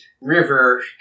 river